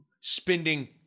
spending